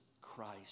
Christ